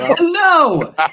no